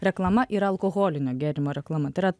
reklama yra alkoholinio gėrimo reklama tai yra